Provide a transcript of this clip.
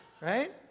right